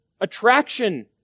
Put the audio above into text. attraction